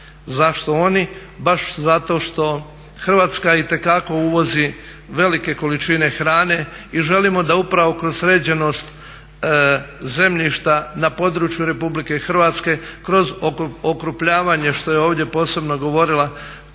Zašto oni? Baš zato što Hrvatska itekako uvozi velike količine hrane i želimo da upravo kroz sređenost zemljišta na području RH kroz okrupnjavanje što je ovdje posebno govorila